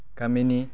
गामिनि